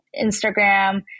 Instagram